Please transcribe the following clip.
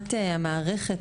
מבחינת המערכת,